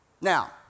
Now